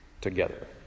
together